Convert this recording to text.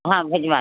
हाँ भिजवा